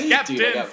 Captain